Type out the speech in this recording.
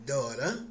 Daughter